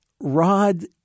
Rod